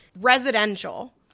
residential